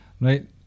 Right